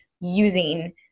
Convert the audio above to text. using